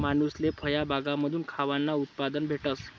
मानूसले फयबागमाथून खावानं उत्पादन भेटस